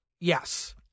yes